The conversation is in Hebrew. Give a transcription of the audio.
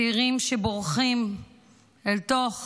צעירים שבורחים אל תוך